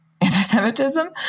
anti-Semitism